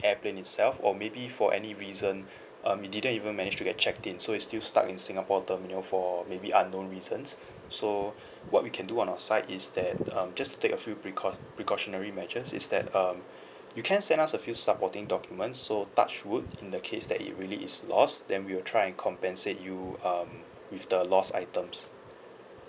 airplane itself or maybe for any reason um you didn't even manage to get checked in so it's still stuck in singapore terminal for maybe unknown reasons so what we can do on our side is that um just take a few precau~ precautionary measures is that um you can send us a few supporting documents so touch wood in the case that it really is lost then we'll try and compensate you um with the lost items